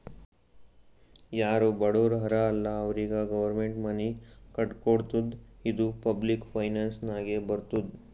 ಯಾರು ಬಡುರ್ ಹರಾ ಅಲ್ಲ ಅವ್ರಿಗ ಗೌರ್ಮೆಂಟ್ ಮನಿ ಕಟ್ಕೊಡ್ತುದ್ ಇದು ಪಬ್ಲಿಕ್ ಫೈನಾನ್ಸ್ ನಾಗೆ ಬರ್ತುದ್